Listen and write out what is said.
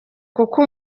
kuko